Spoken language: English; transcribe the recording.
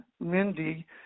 Mindy